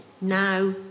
Now